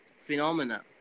phenomena